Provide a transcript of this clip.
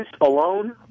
alone